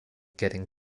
getting